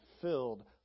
filled